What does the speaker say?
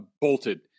bolted